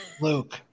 Luke